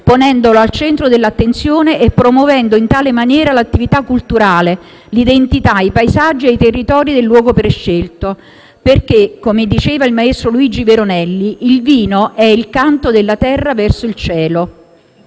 ponendolo al centro dell'attenzione e promuovendo in tale maniera l'attività culturale, l'identità, i paesaggi e i territori del luogo prescelto perché, come diceva il maestro Luigi Veronelli: «Il vino è il canto della terra verso il cielo».